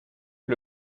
que